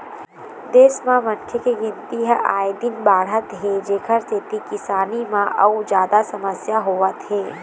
देश म मनखे के गिनती ह आए दिन बाढ़त हे जेखर सेती किसानी म अउ जादा समस्या होवत हे